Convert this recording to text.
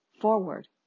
forward